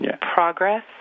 progress